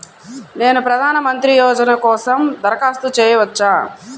నేను ప్రధాన మంత్రి యోజన కోసం దరఖాస్తు చేయవచ్చా?